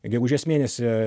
gegužės mėnesį